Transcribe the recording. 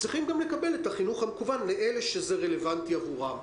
את החינוך המקוון צריך לתת לאלה שזה רלוונטי עבורם.